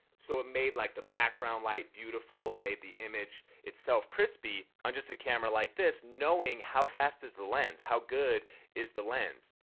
so it made like the background light beautiful and made the image itself crispy on just a camera like this knowing how fast is the lens, how good is the lens.